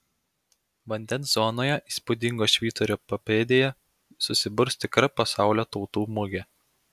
vandens zonoje įspūdingo švyturio papėdėje susiburs tikra pasaulio tautų mugė